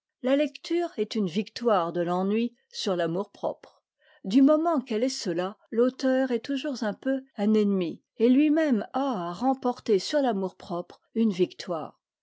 la lecture est une victoire de l'ennui sur l'amour-propre du moment qu'elle est cela l'auteur est toujours un peu un ennemi et lui-même a à remporter sur l'amour-propre une victoire